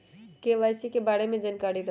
KYC के बारे में जानकारी दहु?